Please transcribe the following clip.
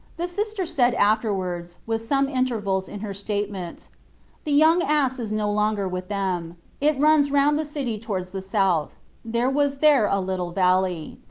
the sister said afterwards, with some intervals in her statement the young ass is no longer with them it runs round the city towards the south there was there a little valley.